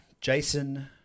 Jason